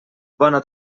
bona